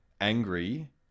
angry